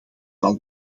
zal